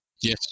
yes